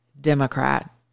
Democrat